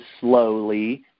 slowly